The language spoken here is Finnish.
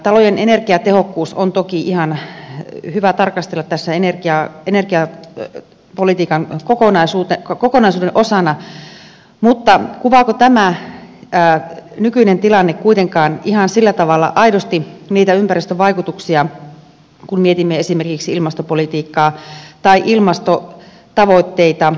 talojen energiatehokkuus on toki ihan hyvä tarkastella tässä energiaa kenenkään pöpöt politiikan kokonaisuutta energiapolitiikan kokonaisuuden osana mutta kuvaako tämä nykyinen tilanne kuitenkaan ihan sillä tavalla aidosti niitä ympäristövaikutuksia kun mietimme esimerkiksi ilmastopolitiikkaa tai ilmastotavoitteita